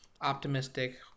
optimistic